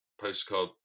postcard